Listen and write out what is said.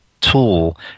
tool